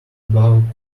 about